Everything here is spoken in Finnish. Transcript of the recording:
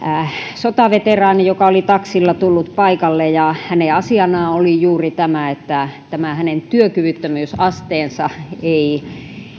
sotaveteraani joka oli taksilla tullut paikalle ja hänen asianaan oli juuri tämä että hänen työkyvyttömyysasteensa ei